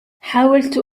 حاولت